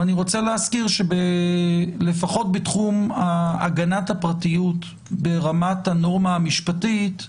אני רוצה להזכיר שלפחות בתחום הגנת הפרטיות ברמת הנורמה המשפטית,